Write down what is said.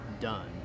done